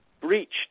breached